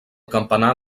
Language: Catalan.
campanar